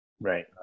right